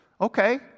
Okay